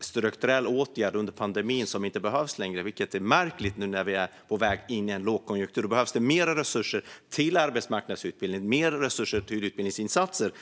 strukturell åtgärd under pandemin som inte längre behövs. Det är märkligt när vi är på väg in i en lågkonjunktur, för då behövs det ju mer resurser till arbetsmarknadsutbildning och utbildningsinsatser.